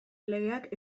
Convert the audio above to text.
legeak